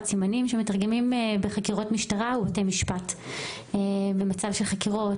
סימנים שמתרגמים בחקירות משטרה ובתי משפט במצב של חקירות,